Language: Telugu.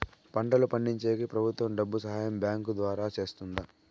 పంటలు పండించేకి ప్రభుత్వం డబ్బు సహాయం బ్యాంకు ద్వారా చేస్తుందా?